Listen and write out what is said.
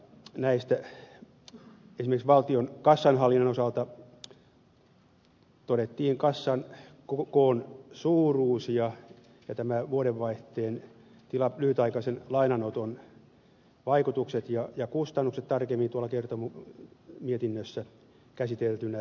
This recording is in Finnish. näistä esimerkiksi valtion kassanhallinnan osalta todettiin kassan koon suuruus ja vuodenvaihteen lyhytaikaisen lainanoton vaikutukset ja kustannukset ovat tarkemmin tuolla mietinnössä käsiteltynä